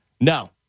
No